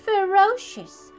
ferocious